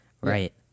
right